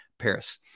Paris